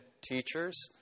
teachers